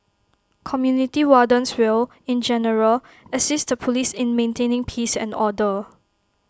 community wardens will in general assist the Police in maintaining peace and order